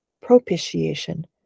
propitiation